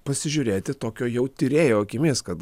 pasižiūrėti tokio jau tyrėjo akimis kad